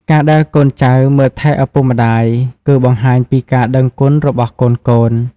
ការដែលកូនចៅមើលថែឪពុកម្តាយ គឺបង្ហាញពីការដឹងគុណរបស់កូនៗ។